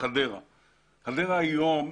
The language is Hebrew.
חדרה היום,